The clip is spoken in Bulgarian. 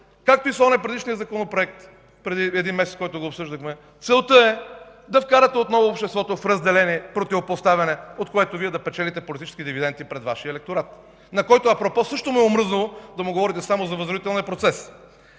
както и с предишния Законопроект – отпреди месец, който обсъждахме, е да вкарате отново обществото в разделение, противопоставяне, от което Вие да печелите политически дивиденти пред Вашия електорат, на който, апропо, също му е омръзнало да му говорите само за възродителния процес!